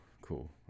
cool